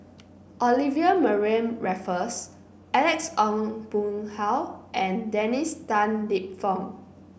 Olivia Mariamne Raffles Alex Ong Boon Hau and Dennis Tan Lip Fong